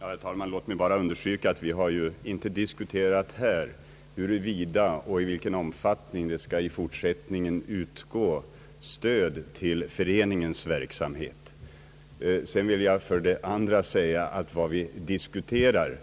Herr talman! Låt mig bara först understryka att vi här inte har diskuterat huruvida och i vilken omfattning stöd i fortsättningen skall utgå till föreningens verksamhet. För det andra vill jag säga att vad vi diskuterar